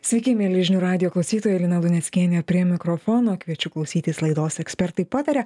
sveiki mieli žinių radijo klausytojai lina luneckienė prie mikrofono kviečiu klausytis laidos ekspertai pataria